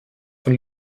von